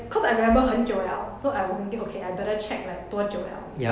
cause I remember 很久了 so I was thinking okay I better check like 多久了